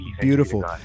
Beautiful